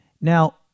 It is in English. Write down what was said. Now